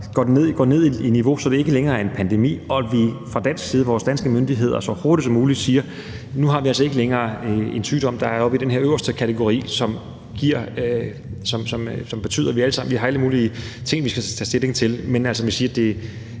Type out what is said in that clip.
går ned i niveau, så det ikke længere kategoriseres som en pandemi, og at vi fra dansk side, vores danske myndigheders side, så hurtigt som muligt siger, at nu har vi altså ikke længere en sygdom, der er oppe i den her øverste kategori, og som betyder, at vi har alle mulige ting, vi skal tage stilling til, men at man altså siger, at det